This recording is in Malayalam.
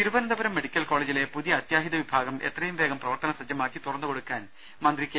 തിരുവനന്തപുരം മെഡിക്കൽ കോളേജിലെ പുതിയ അത്യാഹിത വിഭാഗം എത്രയുംവേഗം പ്രവർത്തനസജ്ജമാക്കി തുറന്നുകൊടുക്കാൻ മന്ത്രി കെ